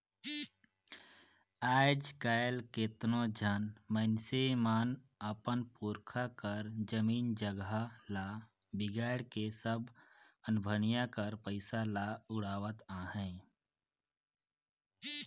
आएज काएल केतनो झन मइनसे मन अपन पुरखा कर जमीन जगहा ल बिगाएड़ के सब अनभनिया कर पइसा ल उड़ावत अहें